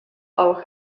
auch